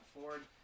Ford